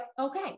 okay